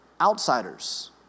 outsiders